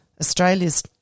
Australia's